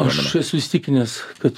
aš esu įsitikinęs kad